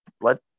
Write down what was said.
let